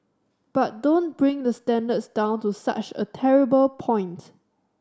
but don't bring the standards down to such a terrible point